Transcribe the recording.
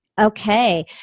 Okay